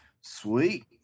sweet